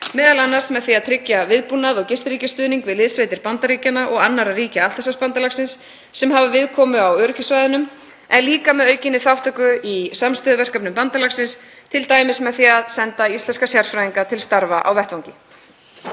m.a. með því að tryggja viðbúnað og gistiríkjastuðning við liðssveitir Bandaríkjanna og annarra ríkja Atlantshafsbandalagsins sem hafa viðkomu á öryggissvæðunum en líka með aukinni þátttöku í samstöðuverkefnum bandalagsins, t.d. með því að senda íslenska sérfræðinga til starfa á vettvangi.